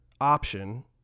option